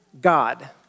God